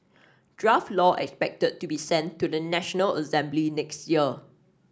draft law expected to be sent to the National Assembly next year